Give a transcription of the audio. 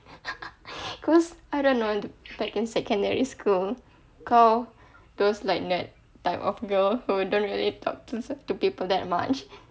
cause I don't know back in secondary school kau those like nerd type of girl who don't really talk to to people that much